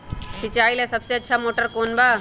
सिंचाई ला सबसे अच्छा मोटर कौन बा?